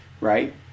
right